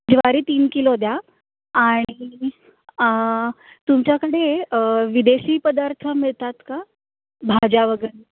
ज्वारी तीन किलो द्या आणि तुमच्याकडे विदेशी पदार्थ मिळतात का भाज्या वगैरे